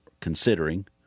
considering –